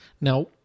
Now